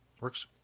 works